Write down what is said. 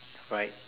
right